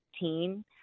team